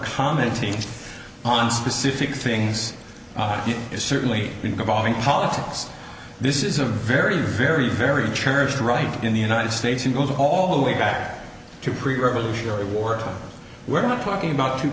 commenting on specific things it is certainly involving politics this is a very very very church right in the united states and goes all the way back to pre revolutionary war we're not talking about t